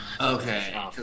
Okay